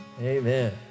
Amen